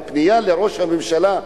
וזו פנייה לראש הממשלה,